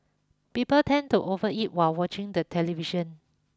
people tend to overeat while watching the television